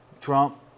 Trump